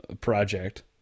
project